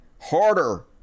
harder